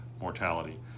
mortality